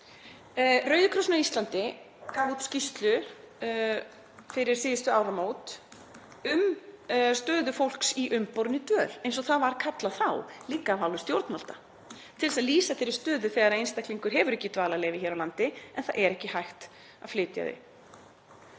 Rauði krossinn á Íslandi gaf út skýrslu fyrir síðustu áramót um stöðu fólks í umborinni dvöl, eins og það var kallað þá, líka af hálfu stjórnvalda, til að lýsa þeirri stöðu þegar einstaklingur hefur ekki dvalarleyfi hér á landi en það er ekki hægt að flytja hann.